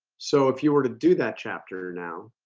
so if you were to do that chapter now